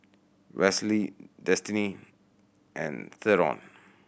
Wesley Destiny and Theron